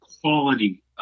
quality